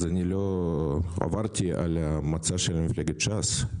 אז אני לא עברתי על המצע של מפלגת ש"ס,